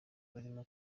barimo